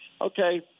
okay